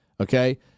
okay